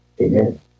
Amen